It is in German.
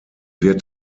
wird